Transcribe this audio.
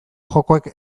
jokoek